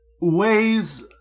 ways